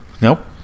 Nope